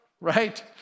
right